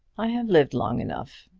i have lived long enough.